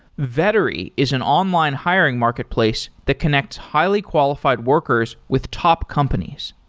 vettery is an online hiring marketplace to connects highly-qualified workers with top companies.